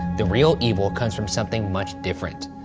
the real evil comes from something much different.